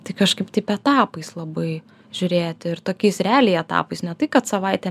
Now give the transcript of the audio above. tai kažkaip taip etapais labai žiūrėti ir tokiais realiai etapais ne tai kad savaitę